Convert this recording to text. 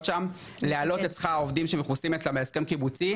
שם להעלאות את שכר העובדים שמכוסים אצלם בהסכם קיבוצי.